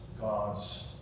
God's